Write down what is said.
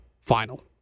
final